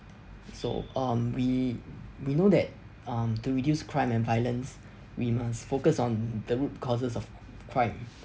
so um we we know that um to reduce crime and violence we must focus on the root causes of crime